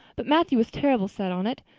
but matthew was terrible set on it.